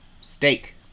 steak